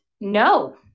no